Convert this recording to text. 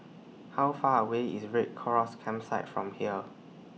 How Far away IS Red Chorus Campsite from here